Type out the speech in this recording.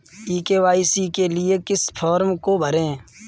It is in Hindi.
ई के.वाई.सी के लिए किस फ्रॉम को भरें?